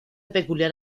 peculiar